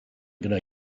gonna